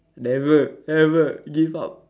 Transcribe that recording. never never give up